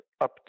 up